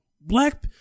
Black